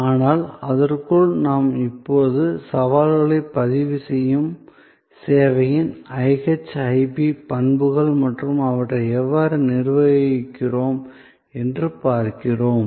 ஆனால் அதற்குள் நாம் இப்போது சவால்களை பதிவு செய்யும் சேவையின் IHIP பண்புகள் மற்றும் அவற்றை எவ்வாறு நிர்வகிக்கிறோம் என்று பார்க்கிறோம்